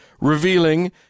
revealing